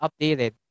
updated